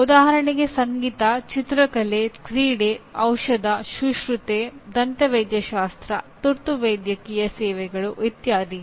ಉದಾಹರಣೆಗೆ ಸಂಗೀತ ಚಿತ್ರಕಲೆ ಕ್ರೀಡೆ ಔಷಧ ಶುಶ್ರೂಷೆ ದಂತವೈದ್ಯಶಾಸ್ತ್ರ ತುರ್ತು ವೈದ್ಯಕೀಯ ಸೇವೆಗಳು ಇತ್ಯಾದಿ